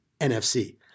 NFC